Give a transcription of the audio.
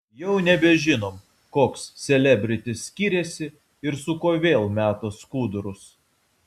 jau nebežinom koks selebritis skiriasi ir su kuo vėl meta skudurus